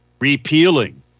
repealing